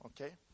Okay